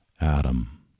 Adam